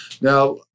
Now